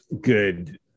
good